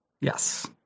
yes